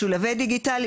משולבי דיגיטל,